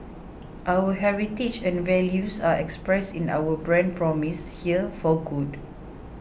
our heritage and values are expressed in our brand promise here for good